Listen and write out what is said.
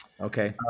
Okay